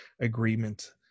Agreement